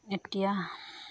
এতিয়া